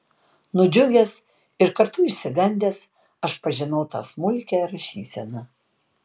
nudžiugęs ir kartu išsigandęs aš pažinau tą smulkią rašyseną